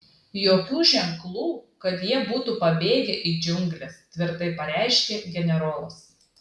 jokių ženklų kad jie būtų pabėgę į džiungles tvirtai pareiškė generolas